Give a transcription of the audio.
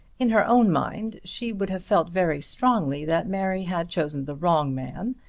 in her own mind she would have felt very strongly that mary had chosen the wrong man,